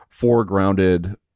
foregrounded